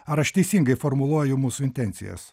ar aš teisingai formuluoju mūsų intencijas